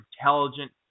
Intelligent